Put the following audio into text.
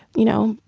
you know,